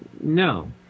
no